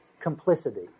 complicity